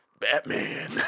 Batman